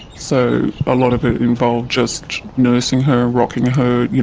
so a lot of it involved just nursing her, rocking her, you